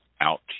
out